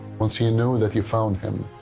once you know that you've found him,